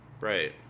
Right